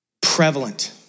prevalent